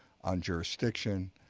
on jurisdiction,